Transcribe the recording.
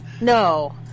No